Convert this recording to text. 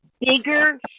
bigger